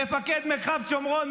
מפקד מרחב שומרון,